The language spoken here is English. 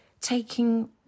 taking